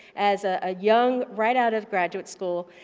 as a young, right out of graduate school,